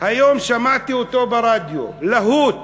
היום שמעתי ברדיו להוט